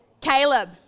Caleb